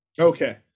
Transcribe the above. Okay